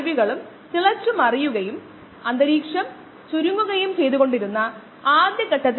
rateofdecreaseinconcentration∝xv നമ്മൾ raterd എന്ന് വിളിച്ചാൽ സാന്ദ്രതയിലെ താഴ്ന്ന നിരക്കിനെ rd എന്നാകാം